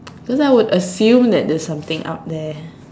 that's why I would assume that there's something out there